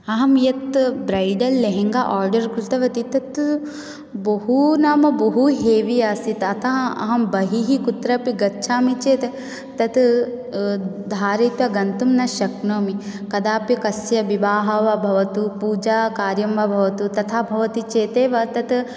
अहं यत् bridal lehenga order कृतवती तत् बहू नाम बहू हेवी आसीत् अतः अहं बहिः कुत्रापि गच्छामि चेत् तद् धारिय गन्तुं न शक्नोमि कदापि कस्य विवाहः वा भवतु पूजाकार्यं वा भवतु तथा भवति चेत् एव तत्